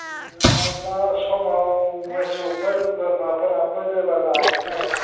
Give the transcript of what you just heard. उम नङाब्ला समाव मोसौफोर बोरमाफोर हाबबाय बायोबा जागोन नालाय